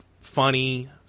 funny